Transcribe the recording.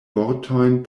vortojn